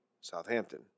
Southampton